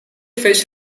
fish